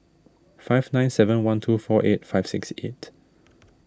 five nine seven one two four eight five six eight